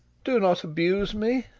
do not abuse me.